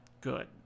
good